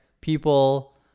people